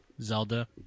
Zelda